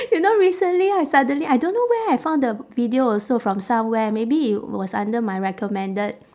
you know recently I suddenly I don't know where I found the video also from somewhere maybe it was under my recommended